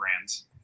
brands